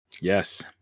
Yes